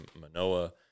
Manoa